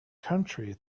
country